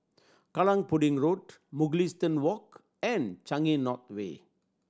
Kallang Pudding Road Mugliston Walk and Changi North Way